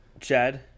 Chad